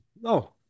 no